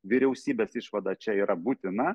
vyriausybės išvada čia yra būtina